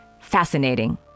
Fascinating